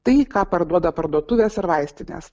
tai ką parduoda parduotuvės ar vaistinės